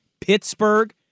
Pittsburgh